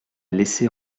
laissée